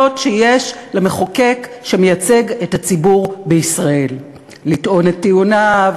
שיש למחוקק שמייצג את הציבור בישראל לטעון את טיעוניו,